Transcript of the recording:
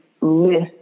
list